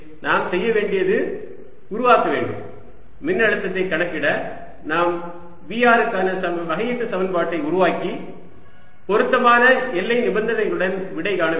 எனவே நாம் செய்ய வேண்டியது உருவாக்க வேண்டும் மின்னழுத்தத்தை கணக்கிட நாம் Vr க்கான வகையீட்டு சமன்பாட்டை உருவாக்கி பொருத்தமான எல்லை நிபந்தனைகளுடன் விடைகாண வேண்டும்